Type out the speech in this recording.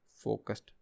focused